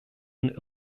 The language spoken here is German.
den